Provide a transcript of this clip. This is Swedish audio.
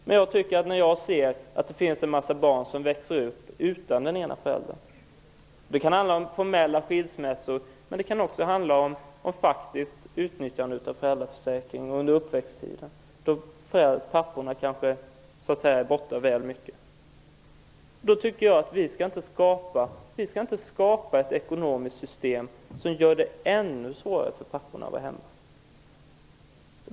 Men när jag ser att det finns en mängd barn som växer upp utan den ena föräldern -- det kan handla om formella skilsmässor, men det kan också handla om faktiskt utnyttjande av föräldraförsäkringen under uppväxttiden, då papporna kanske är borta väl mycket -- tycker jag inte att vi skall skapa ett ekonomiskt system som gör det ännu svårare för papporna att vara hemma.